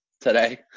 today